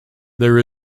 there